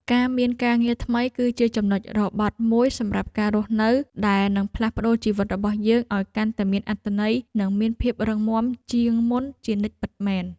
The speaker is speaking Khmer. ការមានការងារថ្មីគឺជាចំណុចរបត់មួយសម្រាប់ការរស់នៅដែលនឹងផ្លាស់ប្តូរជីវិតរបស់យើងឱ្យកាន់តែមានអត្ថន័យនិងមានភាពរឹងមាំជាងមុនជានិច្ចពិតមែន។